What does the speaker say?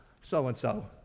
so-and-so